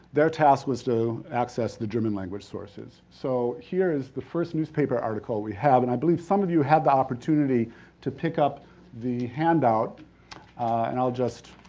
their task was to access the german language sources. so, here is the first newspaper article we have and i believe some of you had the opportunity to pick up the handout and i'll just,